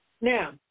Now